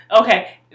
okay